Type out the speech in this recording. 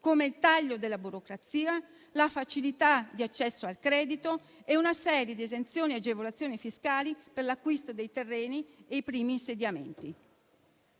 come il taglio della burocrazia, la facilità di accesso al credito e una serie di esenzioni e agevolazioni fiscali per l'acquisto dei terreni e dei primi insediamenti.